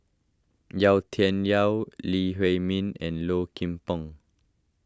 Yau Tian Yau Lee Huei Min and Low Kim Pong